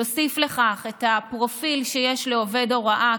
תוסיף לכך את הפרופיל שיש לעובד הוראה,